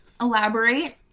elaborate